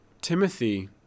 Timothy